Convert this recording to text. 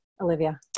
Olivia